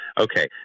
okay